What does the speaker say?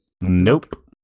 Nope